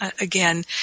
again